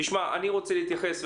אני רוצה להתייחס,